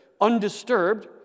undisturbed